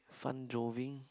fun joving